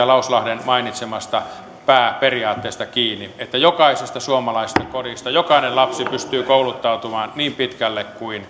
lauslahden mainitsemasta pääperiaatteesta kiinni että jokaisesta suomalaisesta kodista jokainen lapsi pystyy kouluttautumaan niin pitkälle kuin